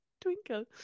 twinkle